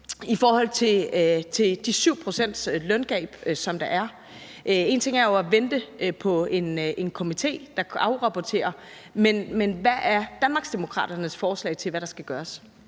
vil jeg nævne det 7-procentsløngab, der er. Én ting er jo at vente på en komité, der afrapporterer, men hvad er Danmarksdemokraternes forslag til, hvad der skal gøres?